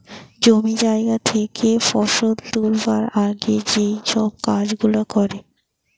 জমি জায়গা থেকে ফসল তুলবার আগে যেই সব কাজ গুলা করে